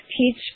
teach